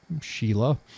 sheila